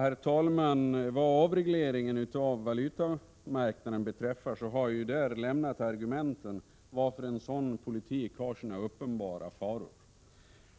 Herr talman! Vad avregleringen av valutamarknaden beträffar har jag lämnat argumenten för att en sådan politik har sina uppenbara faror.